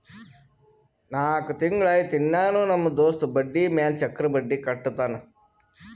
ನಾಕ್ ತಿಂಗುಳ ಆಯ್ತು ಇನ್ನಾನೂ ನಮ್ ದೋಸ್ತ ಬಡ್ಡಿ ಮ್ಯಾಲ ಚಕ್ರ ಬಡ್ಡಿ ಕಟ್ಟತಾನ್